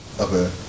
Okay